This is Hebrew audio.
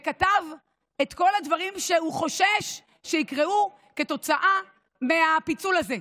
וכתב את כל הדברים שהוא חושש שיקרו כתוצאה מהפיצול הזה,